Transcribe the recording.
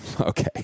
okay